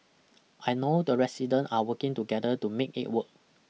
I know the resident are working together to make it work